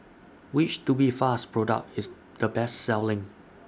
Which Tubifast Product IS The Best Selling